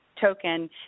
token